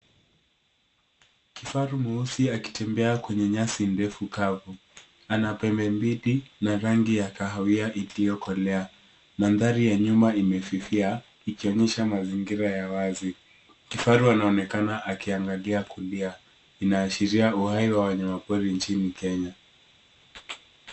Kifaru mweusi akitembea kwenye nyasi ndefu kavu. Ana pembe mbili na rangi ya kahawia iliyokolea. Mandhari ya nyuma imefifia ikionyesha mazingira ya wazi. Kifaru anaonekana akiangalia kulia. Inaashiria uhai wa wanyamapori nchini Kenya.